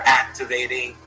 activating